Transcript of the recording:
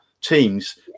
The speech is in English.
teams